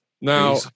now